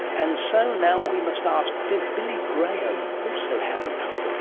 and so now we must ask did billy graham also have an algorithm?